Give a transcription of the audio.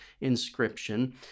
inscription